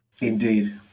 Indeed